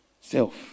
self